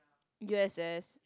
U_S_S